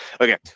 Okay